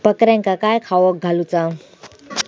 बकऱ्यांका काय खावक घालूचा?